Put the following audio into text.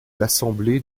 l’assemblée